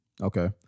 Okay